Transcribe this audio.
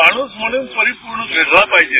माणूस म्हणून परिपूर्ण घडला पाहिजे